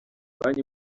banki